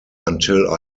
until